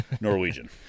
Norwegian